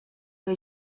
que